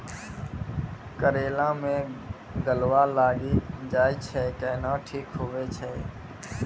करेला मे गलवा लागी जे छ कैनो ठीक हुई छै?